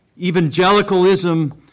evangelicalism